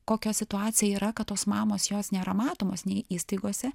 kokia situacija yra kad tos mamos jos nėra matomos nei įstaigose